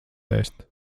ēst